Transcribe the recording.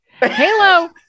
Halo